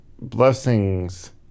blessings